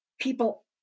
people